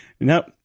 Nope